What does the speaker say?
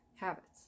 habits